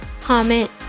comment